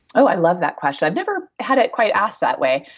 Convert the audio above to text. oh, i love that question. i've never had it quite asked that way.